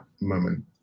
moment